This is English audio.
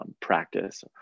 practice